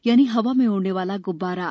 याने हवा मे उडने वाला गूब्बारा